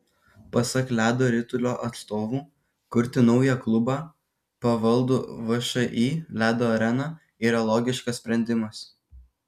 pasak ledo ritulio atstovų kurti naują klubą pavaldų všį ledo arena yra logiškas sprendimas